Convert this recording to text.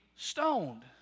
stoned